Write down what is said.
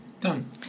Done